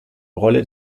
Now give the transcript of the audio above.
rolle